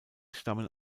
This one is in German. stammen